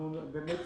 אנחנו באמת